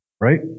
right